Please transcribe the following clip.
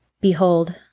Behold